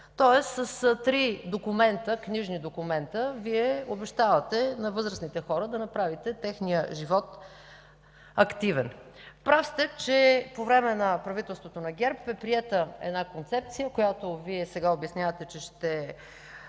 Тоест с три книжни документа Вие обещавате на възрастните хора да направите активен техния живот. Прав сте, че по време на правителството на ГЕРБ е приета една концепция, която Вие сега обяснявате, че ще